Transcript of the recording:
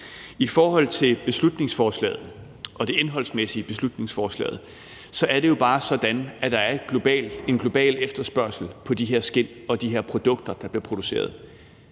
I forhold til beslutningsforslaget og det indholdsmæssige i beslutningsforslaget er det jo bare sådan, at der er en global efterspørgsel på de her skind og de her produkter, der bliver produceret.